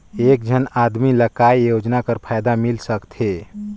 एक झन आदमी ला काय योजना कर फायदा मिल सकथे?